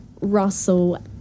Russell